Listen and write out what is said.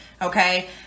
Okay